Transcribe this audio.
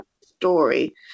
story